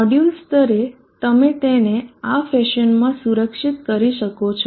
module સ્તરે તમે તેને આ ફેશનમાં સુરક્ષિત કરી શકો છો